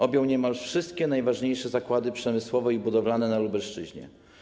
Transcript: Objął niemal wszystkie najważniejsze zakłady przemysłowe i budowlane na Lubelszczyźnie.